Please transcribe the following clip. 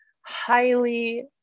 highly